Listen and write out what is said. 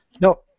No